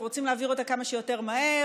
אנחנו רוצים להעביר אותה כמה שיותר מהר.